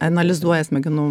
analizuoja smegenų